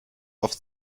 oft